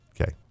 Okay